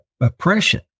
oppression